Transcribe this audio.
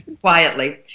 quietly